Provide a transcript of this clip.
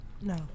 No